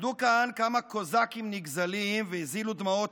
עמדו כאן כמה קוזקים נגזלים והזילו דמעות